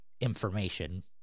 information